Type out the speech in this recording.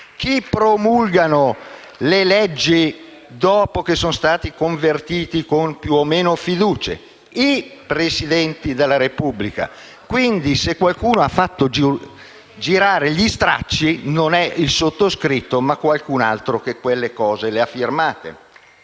Chi promulga le leggi dopo che sono state convertite con più o meno fiducie? I Presidenti della Repubblica. Quindi, se qualcuno ha fatto girare gli stracci non è il sottoscritto ma qualcun altro che quei provvedimenti li ha firmati.